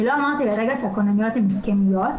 אני לא אמרתי לרגע שהכוננויות הן הסכמיות.